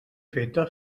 feta